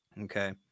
Okay